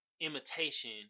imitation